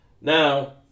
Now